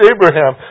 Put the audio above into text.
Abraham